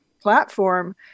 platform